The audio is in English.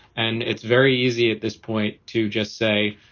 and it's very easy at this point to just say,